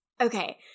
okay